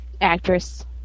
actress